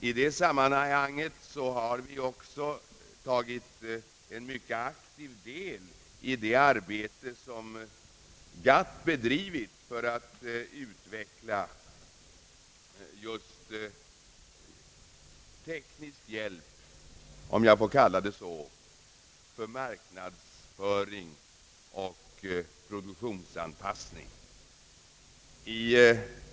I det sammanhanget har vi också tagit en mycket aktiv del i det arbete som GATT bedrivit för att utveckla just teknisk hjälp — om jag får kalla det så för marknadsföring och produktanpassning.